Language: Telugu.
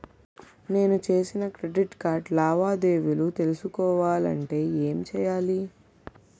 నేను చేసిన క్రెడిట్ కార్డ్ లావాదేవీలను తెలుసుకోవాలంటే ఏం చేయాలి?